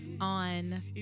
on